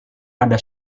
pada